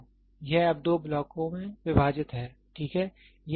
तो यह अब दो ब्लॉकों में विभाजित है ठीक है